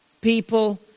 people